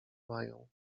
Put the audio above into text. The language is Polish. mają